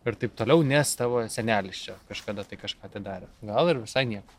ir taip toliau nes tavo senelis čia kažkada tai kažką tai darė gal ir visai nieko